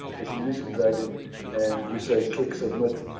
if you're using dragon and you say click submit,